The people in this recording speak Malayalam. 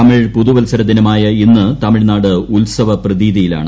തമിഴ് പുതുവത്സരദിനമായ ഇന്ന് തമിഴ്നാട് ഉത്സവ പ്രതീതിയിലാണ്